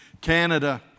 Canada